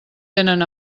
tenen